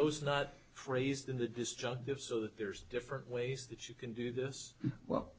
those not phrased in the disjunctive so that there's different ways that you can do this well